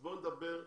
בוא נדבר תכל'ס.